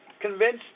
convinced